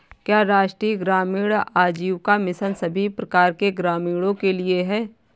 क्या राष्ट्रीय ग्रामीण आजीविका मिशन सभी प्रकार के ग्रामीणों के लिए है?